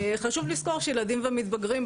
חשוב לזכור שילדים ומתבגרים,